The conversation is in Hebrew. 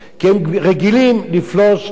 כי הם רגילים לפלוש,